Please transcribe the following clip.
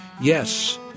yes